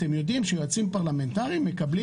אתם יודעים שיועצים פרלמנטריים מקבלים